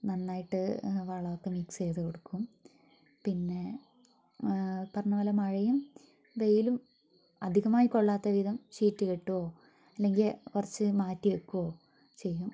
നന്നായിട്ട് വളമൊക്കെ മിക്സ് ചെയ്തു കൊടുക്കും പിന്നെ പറഞ്ഞ പോലെ മഴയും വെയിലും അധികമായി കൊള്ളാത്ത വിധം ഷീറ്റ് കെട്ടുകയോ അല്ലെങ്കിൽ കുറച്ച് മാറ്റി വെക്കുകയോ ചെയ്യും